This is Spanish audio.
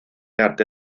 arte